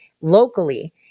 Locally